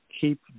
Keep